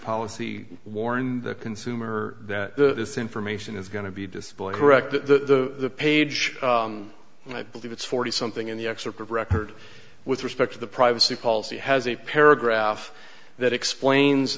policy warn the consumer that the information is going to be displayed correct the page and i believe it's forty something in the excerpt of record with respect to the privacy policy has a paragraph that explains